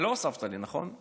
לא הוספת לי, נכון?